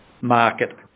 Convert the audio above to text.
market